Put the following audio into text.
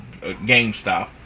GameStop